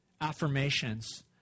affirmations